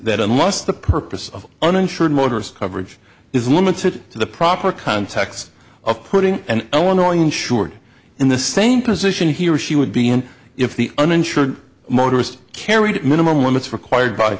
that unless the purpose of uninsured motorist coverage is limited to the proper context of putting an illinois insured in the same position he or she would be in if the uninsured motorist carried minimum limits required by